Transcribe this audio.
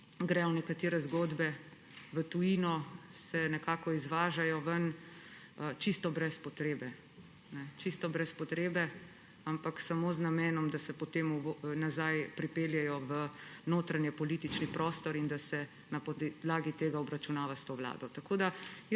gredo nekatere zgodbe v tujino, se nekako izvažajo povsem brez potrebe. Čisto brez potrebe, samo z namenom, da se potem pripeljejo nazaj v notranjepolitični prostor in da se na podlagi tega obračunava s to vlado.